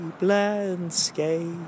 landscape